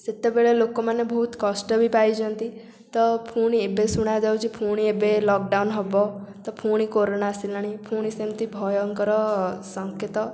ସେତେବେଳେ ଲୋକମାନେ ବହୁତ କଷ୍ଟ ବି ପାଇଛନ୍ତି ତ ଫୁଣି ଏବେ ଶୁଣାଯାଉଛି ଫୁଣି ଏବେ ଲକଡ଼ାଉନ ହେବ ତ ପୁଣି କୋରୋନା ଆସିଲାଣି ପୁଣି ସେମିତି ଭୟଙ୍କର ସଂକେତ